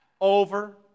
Over